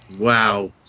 Wow